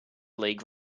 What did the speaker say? league